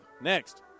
Next